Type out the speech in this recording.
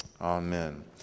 Amen